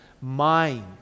mind